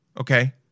Okay